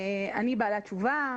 אני בעלת תשובה.